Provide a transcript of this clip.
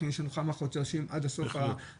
יש לנו כמה חודשים עד לסוף הקיץ,